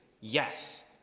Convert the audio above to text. Yes